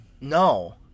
No